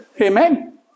Amen